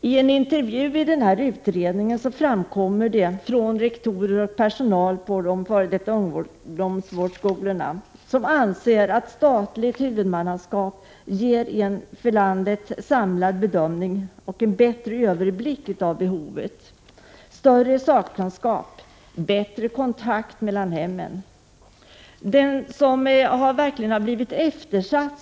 I en intervju i utredningen framkommer att rektorer och personal på de f.d. ungdomsvårdsskolorna anser att statligt huvudmannaskap ger en för landet samlad bedömning och en bättre överblick av behoven, större sakkunskap och bättre kontakt mellan hemmen. Eftervården har verkligen blivit eftersatt.